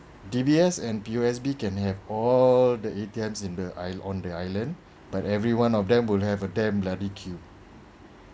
D_B_S and P_O_S_B can have all the A_T_M in the aisle on the island but everyone of them will have a damn bloody queue